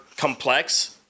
complex